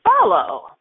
follow